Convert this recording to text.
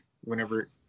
whenever